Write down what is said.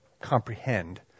comprehend